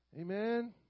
Amen